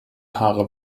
haare